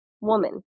woman